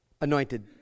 anointed